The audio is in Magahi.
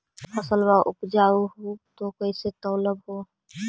फसलबा उपजाऊ हू तो कैसे तौउलब हो?